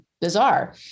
bizarre